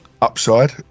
upside